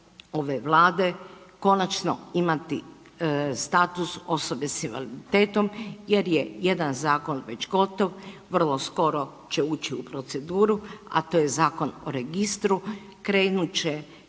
ove Vlade konačno imati status osobe s invaliditetom jer je jedan zakon već gotov, vrlo skoro će ući u proceduru, a to je Zakon o registru. Krenut će